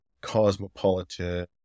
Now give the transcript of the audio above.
cosmopolitan